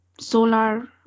solar